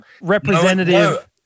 representative